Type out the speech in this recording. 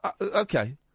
okay